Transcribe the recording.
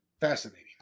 Fascinating